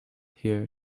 here